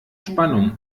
spannung